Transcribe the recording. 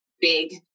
big